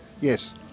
Yes